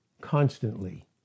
constantly